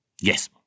Yes